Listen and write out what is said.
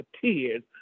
tears